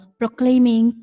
proclaiming